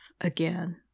again